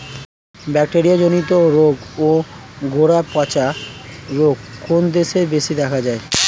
Bacteria জনিত রোগ ও গোড়া পচা রোগ কোন দেশে বেশি দেখা যায়?